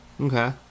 Okay